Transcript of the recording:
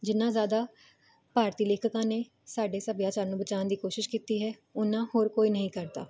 ਜਿੰਨਾ ਜਿਆਦਾ ਭਾਰਤੀ ਲੇਖਕਾਂ ਨੇ ਸਾਡੇ ਸਭਿਆਚਾਰ ਨੂੰ ਬਚਾਉਣ ਦੀ ਕੋਸ਼ਿਸ਼ ਕੀਤੀ ਹੈ ਉਹਨਾਂ ਹੋਰ ਕੋਈ ਨਹੀਂ ਕਰਦਾ